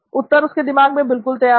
उत्तर उसके दिमाग में बिल्कुल तैयार था